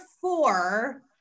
four